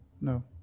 No